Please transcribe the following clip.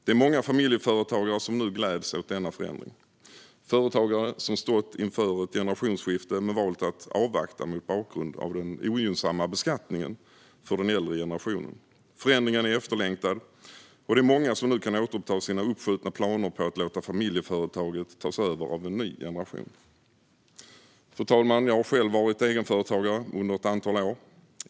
Det är många familjeföretagare som nu gläds åt denna förändring - företagare som stått inför ett generationsskifte men valt att avvakta mot bakgrund av den ogynnsamma beskattningen för den äldre generationen. Förändringen är efterlängtad, och det är många som nu kan återuppta sina uppskjutna planer på att låta familjeföretaget tas över av en ny generation. Fru talman! Jag har själv varit egenföretagare under ett antal år.